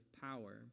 power